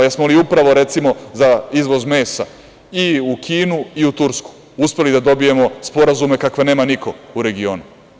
Jesmo li upravo, recimo, za izvoz mesa i u Kinu i u Tursku uspeli da dobijemo sporazume kakve nema niko u regionu?